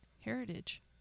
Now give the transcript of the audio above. heritage